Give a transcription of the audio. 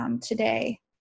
today